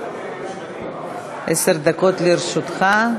עשר דקות לרשותך.